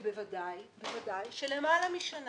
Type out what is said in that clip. אבל התקן הזה ובוודאי שלמעלה משנה